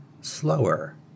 slower